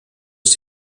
ist